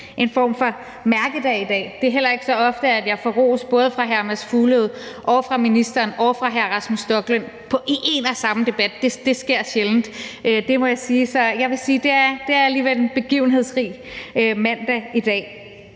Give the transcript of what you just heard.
en form for mærkedag i dag. Det er heller ikke så ofte, at jeg får ros af både hr. Mads Fuglede, ministeren og hr. Rasmus Stoklund i en og samme debat. Det sker sjældent, må jeg sige, så jeg vil sige, at det